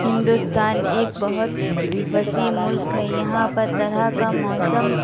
ہندوستان ایک بہت وسیع ملک ہے یہاں پر طرح کا موسم